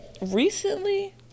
recently